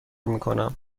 میکنم